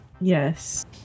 Yes